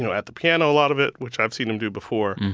and at the piano a lot of it, which i've seen him do before.